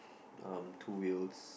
um two wheels